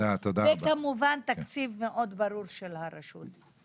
וכמובן תקציב מאוד ברור של הרשות,